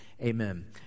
Amen